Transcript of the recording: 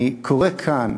אני קורא כאן,